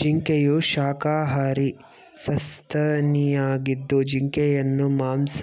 ಜಿಂಕೆಯು ಶಾಖಾಹಾರಿ ಸಸ್ತನಿಯಾಗಿದ್ದು ಜಿಂಕೆಯನ್ನು ಮಾಂಸ